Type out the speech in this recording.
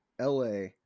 LA